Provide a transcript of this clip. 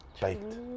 baked